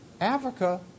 Africa